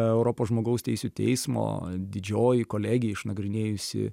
europos žmogaus teisių teismo didžioji kolegija išnagrinėjusi